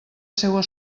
seua